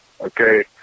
Okay